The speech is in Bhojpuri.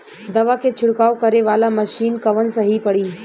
दवा के छिड़काव करे वाला मशीन कवन सही पड़ी?